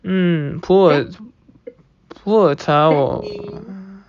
mm 普洱普洱茶我